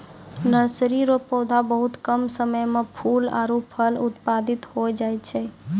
nursery रो पौधा बहुत कम समय मे फूल आरु फल उत्पादित होय जाय छै